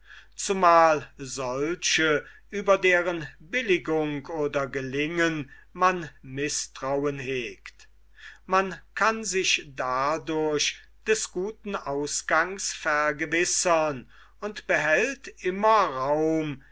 zumal solche über deren billigung oder gelingen man mißtrauen hegt man kann sich dadurch des guten ausgangs vergewissern und behält immer raum